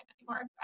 anymore